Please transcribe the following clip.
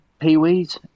peewees